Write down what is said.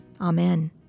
Amen